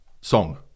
Song